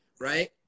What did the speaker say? Right